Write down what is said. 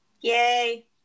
Yay